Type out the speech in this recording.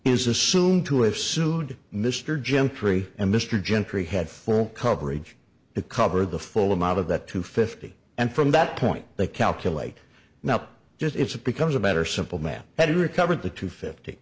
assumed to have sued mr jim tree and mr gentry had full coverage to cover the full amount of that to fifty and from that point they calculate now just it's it becomes a better simple man had recovered the two fifty